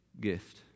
gift